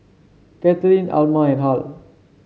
Katelyn Alma and Hal